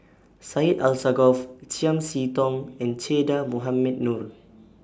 Syed Alsagoff Chiam See Tong and Che Dah Mohamed Noor